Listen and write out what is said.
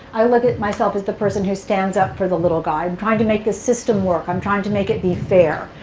i look at myself as the person who stands up for the little guy. i'm trying to make the system work. i'm trying to make it be fair.